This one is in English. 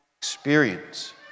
experience